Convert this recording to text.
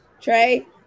Trey